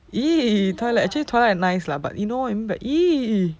!ee! twilight actually twilight nice lah but you know but !ee!